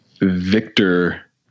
Victor